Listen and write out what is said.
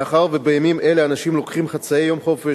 מאחר שבימים אלה אנשים לוקחים חצאי יום חופש,